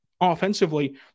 offensively